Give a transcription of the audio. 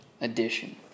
edition